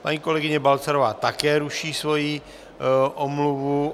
Paní kolegyně Balcarová také ruší svoji omluvu.